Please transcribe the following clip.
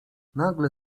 nagle